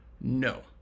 no